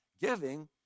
giving